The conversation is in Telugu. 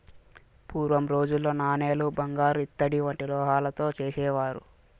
పూర్వం రోజుల్లో నాణేలు బంగారు ఇత్తడి వంటి లోహాలతో చేసేవారు